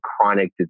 chronic